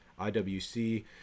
IWC